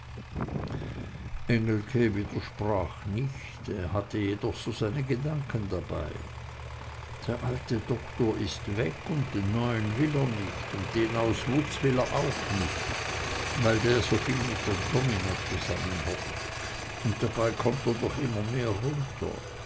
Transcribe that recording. widersprach nicht hatte jedoch so seine gedanken dabei der alte doktor ist weg und den neuen will er nicht un den aus wutz will er auch nich weil der soviel mit der domina zusammenhockt un dabei kommt er doch immer mehr runter